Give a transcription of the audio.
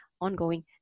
ongoing